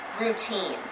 routine